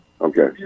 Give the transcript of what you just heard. Okay